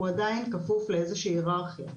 עדיין כפוף להיררכיה מסוימת.